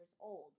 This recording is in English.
old